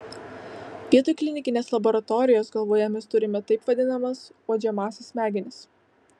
vietoj klinikinės laboratorijos galvoje mes turime taip vadinamas uodžiamąsias smegenis